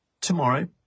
tomorrow